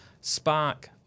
Spark